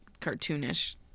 cartoonish